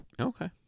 Okay